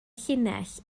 llinell